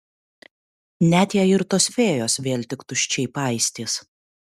net jei ir tos fėjos vėl tik tuščiai paistys